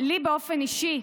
לי באופן אישי,